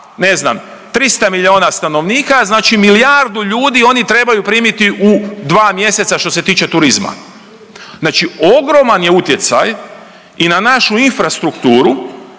ne znam 300 milijuna stanovnika, znači milijardu ljudi oni trebaju primiti u dva mjeseca što se tiče turizma. Znači ogroman je utjecaj i na našu infrastrukturu,